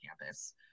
campus